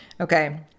Okay